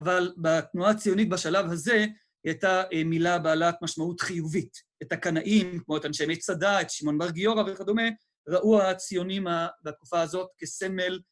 ‫אבל בתנועה הציונית בשלב הזה היא ‫הייתה מילה בעלת משמעות חיובית. ‫את הקנאים, כמו את אנשי מצדה, ‫את שמעון בר גיאורה וכדומה, ‫ראו הציונים בתקופה הזאת כסמל.